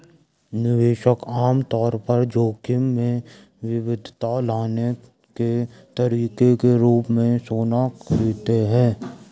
निवेशक आम तौर पर जोखिम में विविधता लाने के तरीके के रूप में सोना खरीदते हैं